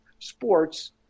sports